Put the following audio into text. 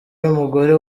y’umugore